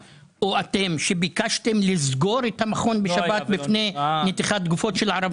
האם יש מישהו שביקש לסגור את המכון בשבת מפני נתיחת גופות של ערבים?